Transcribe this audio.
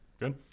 Good